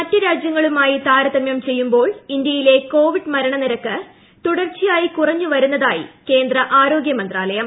മറ്റു രാജ്യങ്ങളുമായി ്താരതമൃം ചെയ്യുമ്പോൾ ഇന്ത്യയിലെ ന് കോവിഡ് മരണനിരക്ക് തൂടർച്ചയായി കുറഞ്ഞു വരുന്നതായി കേന്ദ്ര ആരോഗ്യ മന്ത്രാലയം